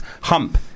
hump